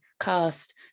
cast